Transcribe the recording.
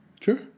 Sure